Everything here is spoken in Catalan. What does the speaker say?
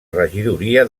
regidoria